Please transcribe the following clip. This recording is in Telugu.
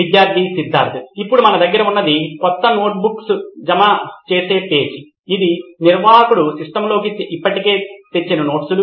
విద్యార్థి సిద్ధార్థ్ ఇప్పుడు మన దగ్గర ఉన్నది కొత్త నోట్స్ జమచేసే పేజీ ఇది నిర్వాహకుడు సిస్టమ్లోకి ఇప్పటికే తెచ్చిన నోట్స్లు